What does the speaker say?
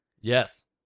Yes